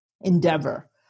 endeavor